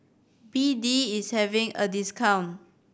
B D is having a discount